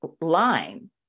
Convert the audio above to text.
line